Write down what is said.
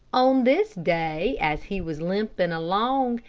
on this day as he was limping along,